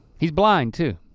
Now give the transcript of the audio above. he's blind too.